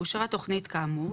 אושרה תכנית כאמור,